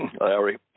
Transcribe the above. larry